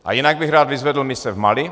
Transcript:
A jinak bych rád vyzvedl mise v Mali.